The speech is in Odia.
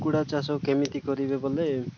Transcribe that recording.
କୁକୁଡ଼ା ଚାଷ କେମିତି କରିବେ ବୋଲେ